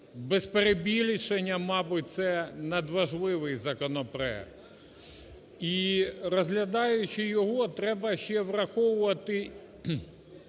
без перебільшення, мабуть, це надважливий законопроект. І, розглядаючи його, треба ще враховувати